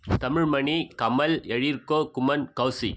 Tamilmani Kamal Ezhilko Kuman Kaushik